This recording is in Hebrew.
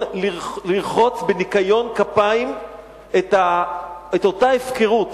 לרחוץ בניקיון כפיים מול אותה הפקרות.